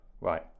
Right